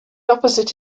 opposite